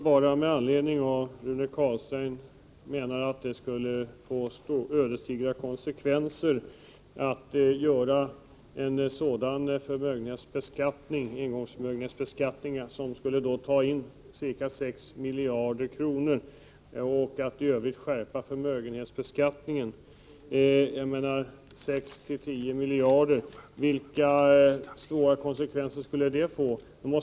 Herr talman! Rune Carlstein menar att det skulle få ödesdigra konsekvenser om man genomförde en engångshöjning av förmögenhetsskatten som skulle dra in 6 miljarder kronor och i övrigt skärpte förmögenhetsbeskattningen i enlighet med våra förslag. Det rör sig alltså om 6-10 miljarder. Vilka svåra konsekvenser skulle en indragning av den summan kunna få?